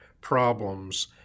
problems